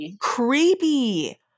creepy